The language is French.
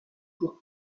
pour